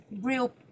real